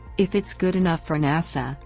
if it's good enough for nasa,